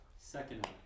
Second